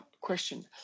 Question